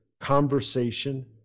conversation